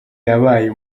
yabaye